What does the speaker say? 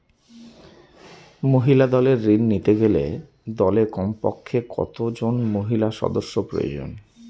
মহিলা দলের ঋণ নিতে গেলে দলে কমপক্ষে কত জন মহিলা সদস্য প্রয়োজন?